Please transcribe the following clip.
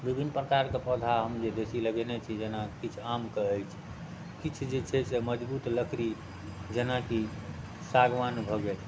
विभिन्न प्रकारके पौधा हम देशी लगेने छी जेना किछु आमके अछि किछु जे छै से मजबूत लकड़ी जेनाकि सागवान भऽ गेल